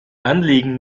anliegen